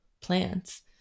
plants